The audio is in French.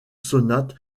sonate